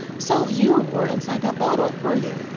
so you were inside that bottle, were you?